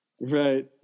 Right